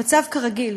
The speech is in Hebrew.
המצב כרגיל.